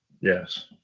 Yes